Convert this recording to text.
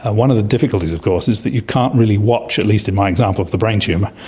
ah one of the difficulties of course is that you can't really watch, at least in my example of the brain tumour,